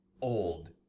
old